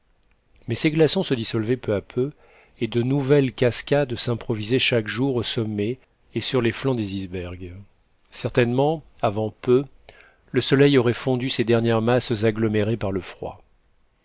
mais ces glaçons se dissolvaient peu à peu et de nouvelles cascades s'improvisaient chaque jour au sommet et sur les flancs des icebergs certainement avant peu le soleil aurait fondu ces dernières masses agglomérées par le froid